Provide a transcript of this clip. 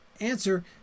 answer